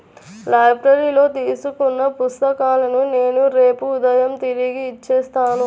లైబ్రరీలో తీసుకున్న పుస్తకాలను నేను రేపు ఉదయం తిరిగి ఇచ్చేత్తాను